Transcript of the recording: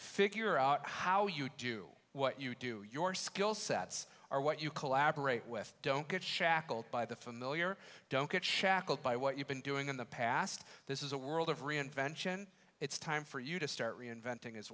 figure out how you do what you do your skill sets are what you collaborate with don't get shackled by the familiar don't get shackled by what you've been doing in the past this is a world of reinvention it's time for you to start reinventing as